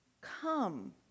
Come